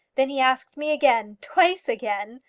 then he asked me again twice again.